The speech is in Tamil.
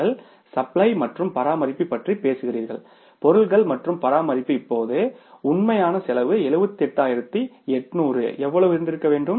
நீங்கள் சப்ளை மற்றும் பராமரிப்பு பற்றி பேசுகிறீர்கள் பொருட்கள் மற்றும் பராமரிப்பு இப்போது உண்மையான செலவு 788000 எவ்வளவு இருந்திருக்க வேண்டும்